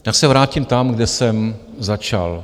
Tak se vrátím tam, kde jsem začal.